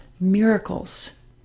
miracles